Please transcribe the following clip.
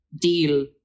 deal